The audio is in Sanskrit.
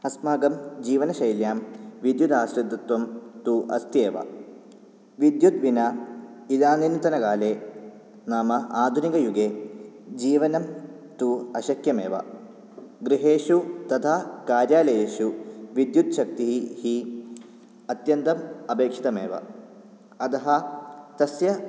अस्माकं जीवनशैल्यां विद्युदास्रितत्वं तु अस्ति एव विद्युद् विना इदानीन्तनकाले नाम आदुनिकयुगे जीवनं तु अशक्यमेव गृहेषु तथा कार्यालयेषु विद्युत्शक्तिः हि अत्यन्तम् अपेक्षितमेव अतः तस्य